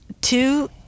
two